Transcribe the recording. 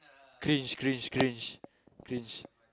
cringe cringe cringe cringe